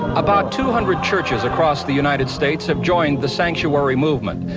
about two hundred churches across the united states have joined the sanctuary movement,